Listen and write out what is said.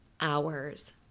hours